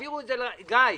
גיא,